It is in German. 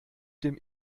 dem